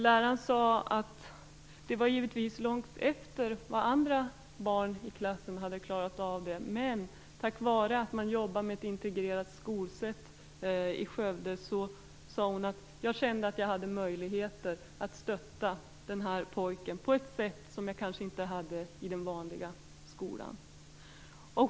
Läraren sade att det givetvis var långt efter det att andra barn i klassen hade klarat det, men hon kände att hon tack vare att man i Skövde jobbade på ett integrerat sätt hade möjligheter att stödja den här pojken på ett vis som hon kanske inte skulle ha haft i den vanliga skolan.